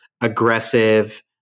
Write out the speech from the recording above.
aggressive